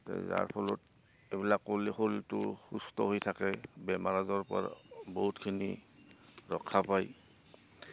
যাৰ ফলত এইবিলাক সুস্থ হৈ থাকে বেমাৰ আজাৰ পৰা বহুতখিনি ৰক্ষা পায়